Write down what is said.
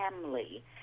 family